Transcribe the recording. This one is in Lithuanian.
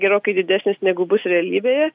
gerokai didesnis negu bus realybėje